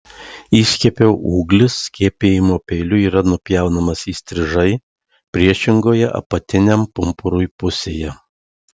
įskiepio ūglis skiepijimo peiliu yra nupjaunamas įstrižai priešingoje apatiniam pumpurui pusėje